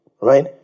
right